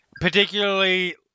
particularly